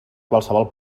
qualsevol